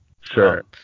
Sure